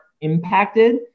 impacted